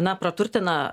na praturtina